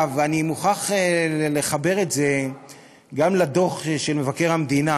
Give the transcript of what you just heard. אני מוכרח לחבר את זה גם לדוח של מבקר המדינה,